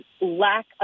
lack